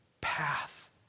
path